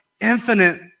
infinite